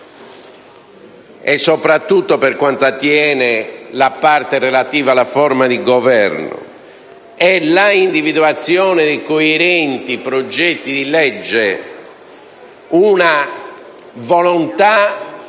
soprattutto per quanto attiene alla parte relativa alla forma di Governo, con l'individuazione di coerenti progetti di legge, vediamo una volontà